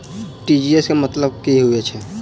TGS केँ मतलब की हएत छै?